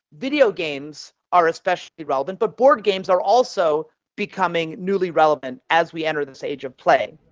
videogames are especially relevant, but board games are also becoming newly relevant as we enter this age of play.